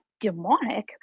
demonic